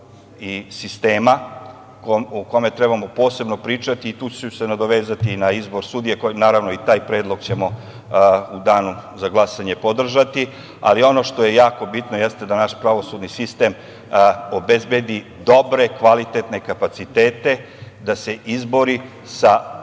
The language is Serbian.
i sistema o kome treba posebno pričati. Tu ću se nadovezati na izbor sudija. Naravno, i taj predlog ćemo u danu za glasanje podržati, ali ono što je bitno jeste da naš pravosudni sistem obezbedi dobre, kvalitetne kapacitete, da se izbori sa tim